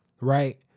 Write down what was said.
right